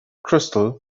crystal